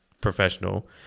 professional